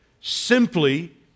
simply